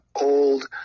old